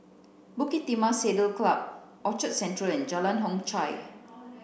Bukit Timah Saddle club Orchard Central and Jalan Hock Chye